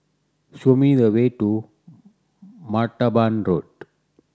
show me the way to Martaban Road